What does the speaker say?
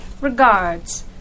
Regards